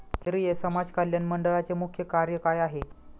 केंद्रिय समाज कल्याण मंडळाचे मुख्य कार्य काय आहे?